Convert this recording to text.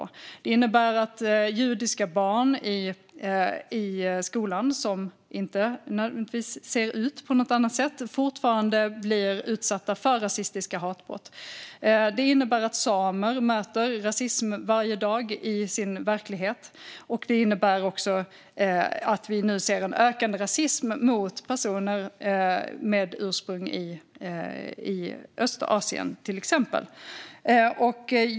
Det innebär att judiska barn som inte nödvändigtvis ser ut på något annat sätt fortfarande blir utsatta för rasistiska hatbrott i skolan. Det innebär att samer möter rasism varje dag i sin verklighet. Det innebär också att vi nu ser en ökande rasism mot personer med ursprung i Östasien, till exempel.